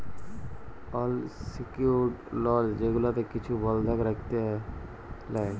আল secured লল যেগুলাতে কিছু বল্ধক রাইখে লেই